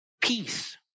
peace